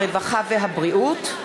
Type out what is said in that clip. הרווחה והבריאות,